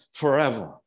forever